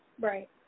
Right